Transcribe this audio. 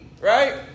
Right